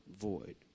void